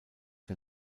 der